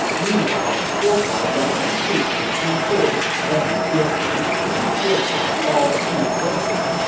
meanwhile, guo huai led some troops to ji gorge and jieting and fortified all the key places.